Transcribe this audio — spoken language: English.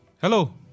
Hello